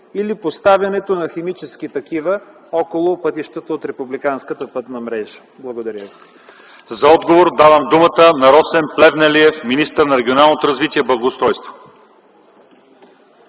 или поставянето на химически такива около пътищата от републиканската пътна мрежа? ПРЕДСЕДАТЕЛ ЛЪЧЕЗАР ИВАНОВ : За отговор давам думата на Росен Плевнелиев, министър на регионалното развитие и благоустройството.